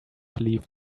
believe